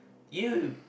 you